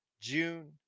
June